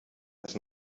das